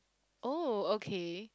oh okay